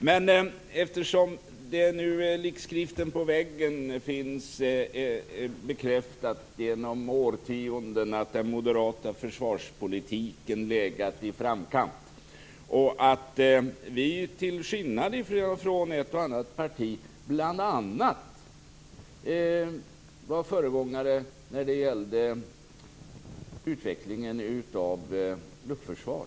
Men likt skriften på väggen finns det bekräftat sedan årtionden att den moderata försvarspolitiken legat i framkant. Till skillnad från ett och annat parti var vi bl.a. föregångare till utvecklingen av luftförsvar.